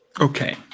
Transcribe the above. Okay